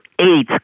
eight